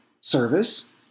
service